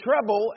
trouble